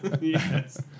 Yes